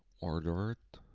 ordered